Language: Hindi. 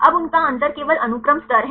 अब उनका अंतर केवल अनुक्रम स्तर है